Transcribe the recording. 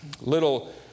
little